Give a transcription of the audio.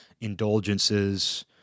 Indulgences